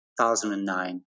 2009